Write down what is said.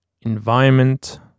Environment